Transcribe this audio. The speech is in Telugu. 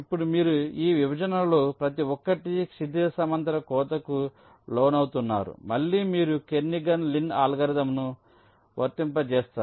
ఇప్పుడు మీరు ఈ విభజనలలో ప్రతి ఒక్కటి క్షితిజ సమాంతర కోతకు లోనవుతున్నారు మళ్ళీ మీరు కెర్నిఘన్ లిన్ అల్గోరిథంను వర్తింపజేస్తారు